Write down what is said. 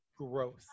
growth